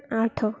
ଆଠ